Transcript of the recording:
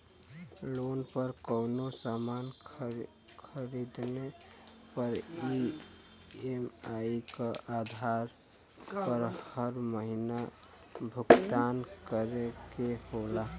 loan पर कउनो सामान खरीदले पर ई.एम.आई क आधार पर हर महीना भुगतान करे के होला